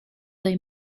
they